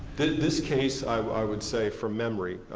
this case i would say from memory,